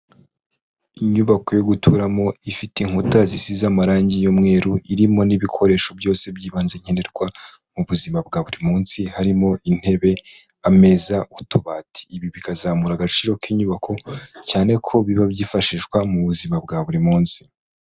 Inyubako yo guturamo ifite inkuta zisize amarangi y'umweru, irimo n'ibikoresho byose by'ibanze nkenerwa mu buzima bwa buri munsi, harimo intebe, ameza, utubati, ibi bikazamura agaciro k'inyubako cyane ko biba byifashishwa mu buzima bwa buri munsi.